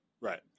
Right